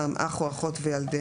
אח או אחות וילדיהם,